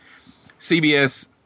CBS